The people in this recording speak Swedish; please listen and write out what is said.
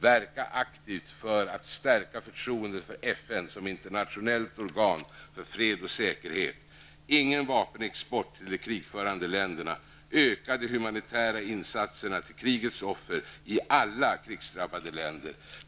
Verka aktivt för att stärka förtroendet för FN som internationellt organ för fred och säkerhet. -- Öka de humanitära insatserna till krigets offer i alla krigsdrabbade länder.